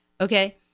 Okay